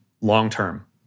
long-term